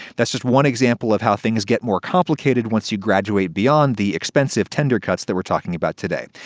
that's just one example of how things get more complicated once you graduate beyond the expensive tender cuts that we're talking about today.